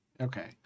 Okay